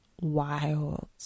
wild